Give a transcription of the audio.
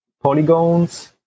polygons